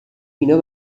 اینها